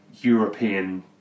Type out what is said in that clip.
European